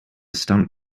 stunt